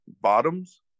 Bottoms